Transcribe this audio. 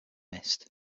missed